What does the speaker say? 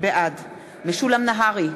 בעד משולם נהרי,